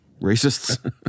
racists